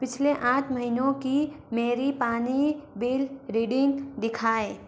पिछले आठ महीनों की मेरी पानी बिल रीडिंग दिखाएँ